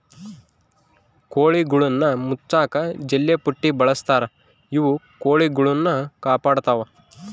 ಕೋಳಿಗುಳ್ನ ಮುಚ್ಚಕ ಜಲ್ಲೆಪುಟ್ಟಿ ಬಳಸ್ತಾರ ಇವು ಕೊಳಿಗುಳ್ನ ಕಾಪಾಡತ್ವ